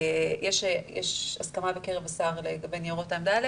יש הסכמה של השר לגבי ניירות העמדה האלה